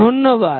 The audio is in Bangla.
ধন্যবাদ